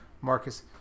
Marcus